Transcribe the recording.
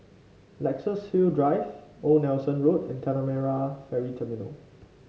Luxus Hill Drive Old Nelson Road and Tanah Merah Ferry Terminal